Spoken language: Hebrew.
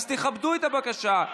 אז תכבדו את הבקשה.